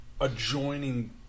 adjoining